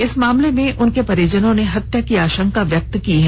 इस मामले में उनके परिजनों ने हत्या की आशंका व्यक्त की है